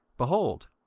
behold,